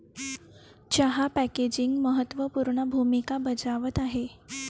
चहा पॅकेजिंग महत्त्व पूर्ण भूमिका बजावत आहे